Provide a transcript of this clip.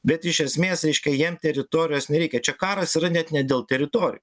bet iš esmės reiškia jiem teritorijos nereikia čia karas yra net ne dėl teritorijų